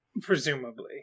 Presumably